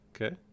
Okay